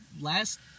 last